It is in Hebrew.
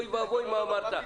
אוי ואבוי מה אמרת,